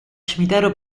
cimitero